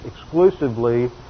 exclusively